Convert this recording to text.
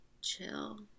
chill